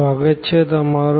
સ્વાગત છે તમારું